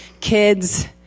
kids